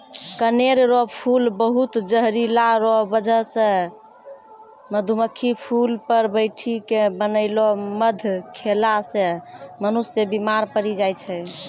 कनेर रो फूल बहुत जहरीला रो बजह से मधुमक्खी फूल पर बैठी के बनैलो मध खेला से मनुष्य बिमार पड़ी जाय छै